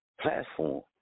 platform